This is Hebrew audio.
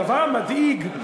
הדבר המדאיג,